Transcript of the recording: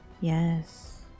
Yes